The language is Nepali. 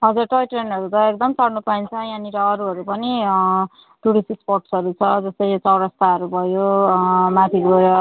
हजुर टोय ट्रेनहरू त एकदम चढ्नु पाइन्छ यहाँनिर अरूहरू पनि टुरिस्ट स्पट्सहरू छ जस्तै चौरस्ताहरू भयो माथि गएर